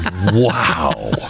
Wow